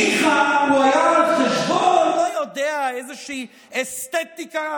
ניחא הוא היה על חשבון, לא יודע, איזושהי אסתטיקה